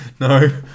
No